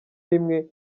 rimwe